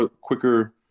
quicker